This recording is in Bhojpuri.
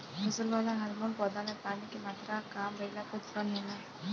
फसल वाला हॉर्मोन पौधा में पानी के मात्रा काम भईला पर उत्पन्न होला